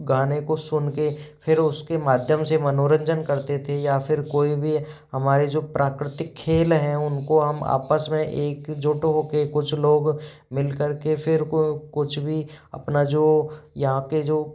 गाने को सुन कर फिर उसके माध्यम से मनोरंजन करते थे या फिर कोई भी हमारे जो प्राकृतिक खेल है उनको हम आपस में एकजुट हो कर कुछ लोग मिल कर के फिर कुछ भी अपना जो यहाँ के जो